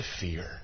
fear